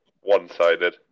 one-sided